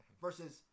versus